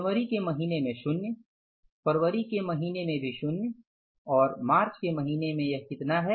जनवरी के महीने में शुन्य फरवरी के महीने में भी शुन्य और मार्च के महीने में यह कितना है